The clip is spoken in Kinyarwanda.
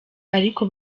ariko